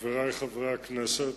חברי חברי הכנסת,